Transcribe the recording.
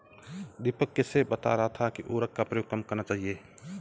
दीपक किसे बता रहा था कि उर्वरक का प्रयोग कम करना चाहिए?